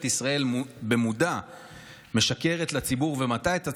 ישראל במודע משקרת לציבור ומטעה את הציבור,